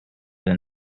than